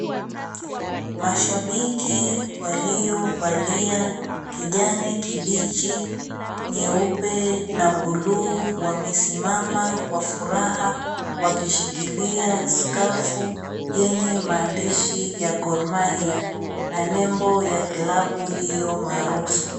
Mashabikii waliovalia kijani kibichi, nyeupe na bluu wamesimama kwa furaha wakishikilia skafu yenye maandishi ya Gormahia na nembo ya klabu hiyo maarufu.